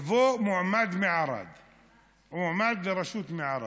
יבוא מועמד לראשות ערד,